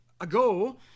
ago